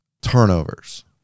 turnovers